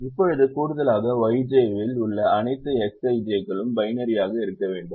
இப்போது கூடுதலாக Yj இல் உள்ள அனைத்து Xij களும் பைனரியாக இருக்க வேண்டும்